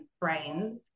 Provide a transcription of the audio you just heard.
brains